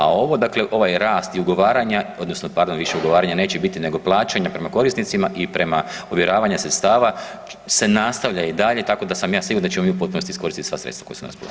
A ovo, dakle ovaj rast i ugovaranja, odnosno pardon, više ugovaranja neće biti nego plaćanja prema korisnicima i prema ovjeravanja sredstava se nastavlja i dalje tako da sam ja siguran da ćemo mi u potpunosti iskoristiti sva sredstva koja su na raspolaganju.